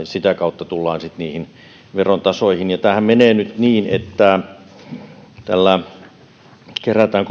sitä kautta tullaan sitten niihin veron tasoihin tämähän menee nyt niin että tällä kerätään